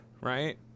right